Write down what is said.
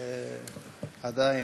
אבל עדיין.